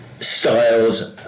styles